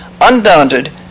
Undaunted